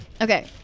Okay